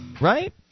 Right